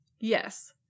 Yes